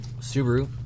Subaru